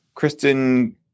Kristen